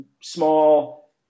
small